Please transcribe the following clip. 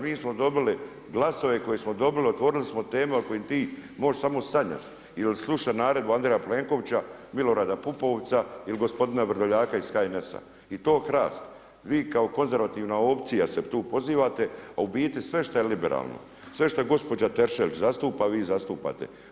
Mi smo dobili glasove koje smo dobili, otvorili smo teme o kojima ti možeš samo sanjati ili slušati naredbu Andreja Plenkovića, Milorada Pupovca ili gospodina Vrdoljaka iz HNS-a i to HRAST vi kao konzervativna opcija se tu pozivate a u biti sve što je liberalno, sve što je gospođa Teršelić zastupa vi zastupate.